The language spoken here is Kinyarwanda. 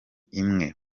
imwe